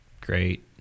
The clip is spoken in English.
great